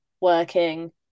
working